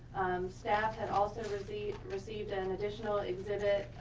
staff had also received received an additional exhibit,